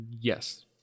Yes